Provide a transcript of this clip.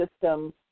system